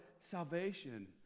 salvation